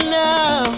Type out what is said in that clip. now